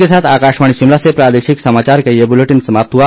इसी के साथ आकाशवाणी शिमला से प्रादेशिक समाचार का ये बुलेटिन समाप्त हुआ